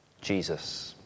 Jesus